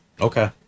Okay